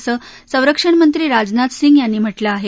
असं संरक्षणमंत्री राजनाथ सिंग यांनी म्हा कें आहे